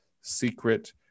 secret